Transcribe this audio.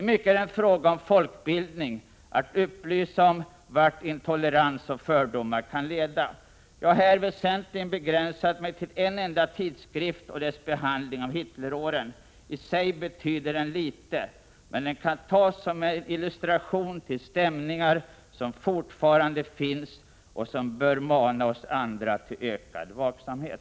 I mycket är det fråga om folkbildning, att upplysa om vart intolerans och fördomar kan leda. Jag har här väsentligen begränsat mig till en enda tidskrift och dess behandling av Hitleråren. I sig själv betyder den litet. Men den kan tas som illustration till stämningar som fortfarande finns och som bör mana oss andra till vaksamhet.